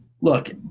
look